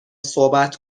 صحبت